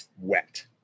wet